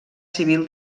civil